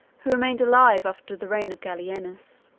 who remained alive after the reign of gallienus.